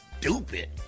stupid